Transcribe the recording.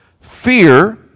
fear